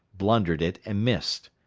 blundered it, and missed.